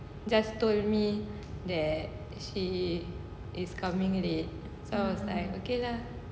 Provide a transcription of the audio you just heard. just told me that she is coming is coming late so I was like okay lah